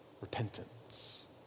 Repentance